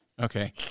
Okay